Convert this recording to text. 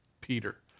Peter